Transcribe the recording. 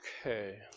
Okay